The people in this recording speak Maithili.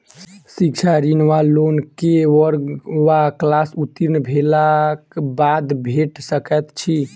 शिक्षा ऋण वा लोन केँ वर्ग वा क्लास उत्तीर्ण भेलाक बाद भेट सकैत छी?